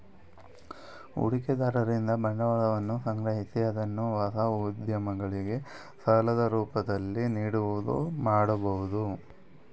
ಹೂಡಿಕೆದಾರರಿಂದ ಬಂಡವಾಳವನ್ನು ಸಂಗ್ರಹಿಸಿ ಅದನ್ನು ಹೊಸ ಉದ್ಯಮಗಳಿಗೆ ಸಾಲದ ರೂಪದಲ್ಲಿ ನೀಡುವುದು ಮಾಡಬಹುದು